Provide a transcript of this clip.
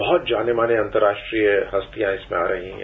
बहुत जानी मानी अंतर्राष्ट्रीय हस्तियां इसमें आ रही हैं